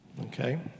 Okay